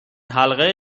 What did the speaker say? حلقه